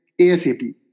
ASAP